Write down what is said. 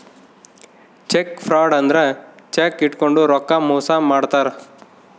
check fraud ಅಂದ್ರ cheque ಇಟ್ಕೊಂಡು ರೊಕ್ಕ ಮೋಸ ಮಾಡ್ತಾರ